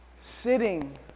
Sitting